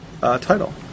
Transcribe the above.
title